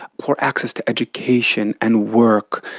core access to education and work,